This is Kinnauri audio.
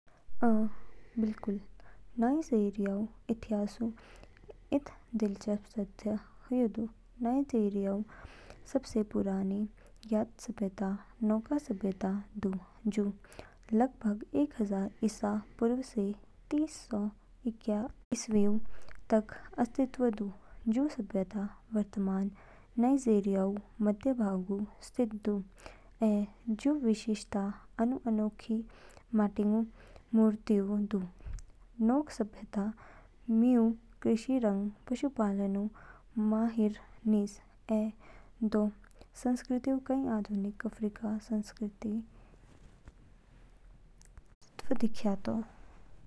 अ, बिल्कुल। नाईजीरियाऊ इतिहासऊ इद दिलचस्प तथ्य ह्यू दू। नाईजीरियाऊ सबसे पुरानी ज्ञात सभ्यता नोक सभ्यता दू, जू लगभग एक हजार ईसा पूर्व से तीस सौ ईस्वीऊ तक अस्तित्व दू। जू सभ्यता वर्तमान नाईजीरियाऊ मध्य भागऊ स्थित दू ऐ जू विशेषता आनू अनोखी माटिंगो मूर्तिया दू। नोक सभ्यता मिऊ कृषि रंग पशुपालनऊ माहिर निज, ऐ दो संस्कृतिऊ कई आधुनिक अफ्रीकी संस्कृतियों के तत्व दिखेतो।